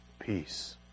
Peace